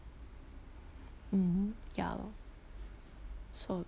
mm ya lor so